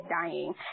dying